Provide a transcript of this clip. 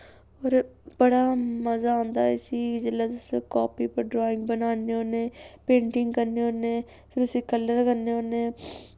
पर बड़ा मजा औंदा इस्सी जिल्लै तुस कापी पर ड्राइंग बनान्ने होन्नें पेंटिंग करने होन्नें फिर उस्सी कलर करने होन्नें